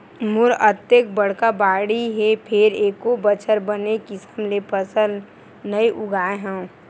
मोर अतेक बड़का बाड़ी हे फेर एको बछर बने किसम ले फसल नइ उगाय हँव